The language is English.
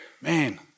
man